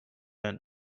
vent